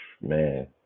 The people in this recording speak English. Man